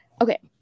Okay